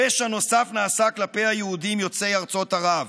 פשע נוסף נעשה כלפי היהודים יוצאי ארצות ערב,